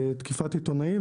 תקיפת עיתונאים,